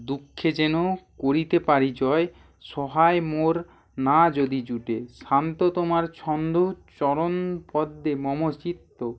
দুঃখে যেন করিতে পারি জয় সহায় মোর না যদি জুটে শান্ত তোমার ছন্দ চরণপদ্মে মম চিত